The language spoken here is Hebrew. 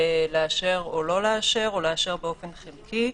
לאשר או לא לאשר או לאשר באופן חלקי.